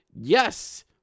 Yes